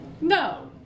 No